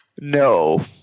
No